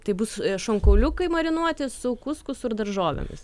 tai bus šonkauliukai marinuoti su kuskusu ir daržovėmis